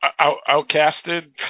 outcasted